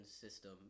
system